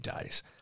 days